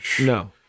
No